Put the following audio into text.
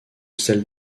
celle